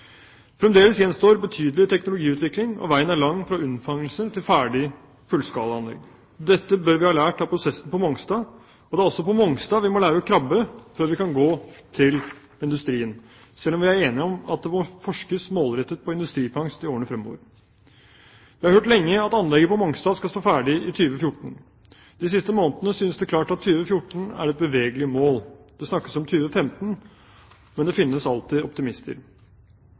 Fremdeles gjenstår betydelig teknologiutvikling, og veien er lang fra unnfangelse til ferdig fullskalaanlegg. Dette bør vi ha lært av prosessen på Mongstad, og det er også på Mongstad vi må lære å krabbe før vi kan gå til industrien, selv om vi er enige om at det må forskes målrettet på industrifangst i årene fremover. Vi har hørt lenge at anlegget på Mongstad skal stå ferdig i 2014. De siste månedene synes det klart at 2014 er et bevegelig mål. Det snakkes om 2015, men det finnes alltid optimister.